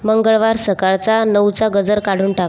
मंगळवार सकाळचा नऊचा गजर काढून टाक